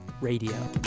Radio